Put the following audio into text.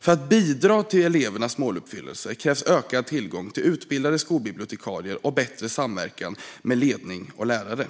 För att bidra till elevernas måluppfyllelse krävs ökad tillgång till utbildade skolbibliotekarier och bättre samverkan med ledning och lärare.